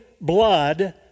blood